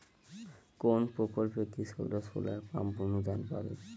কোন প্রকল্পে কৃষকরা সোলার পাম্প অনুদান পাবে?